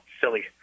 silly